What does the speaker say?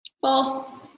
False